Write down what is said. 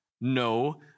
No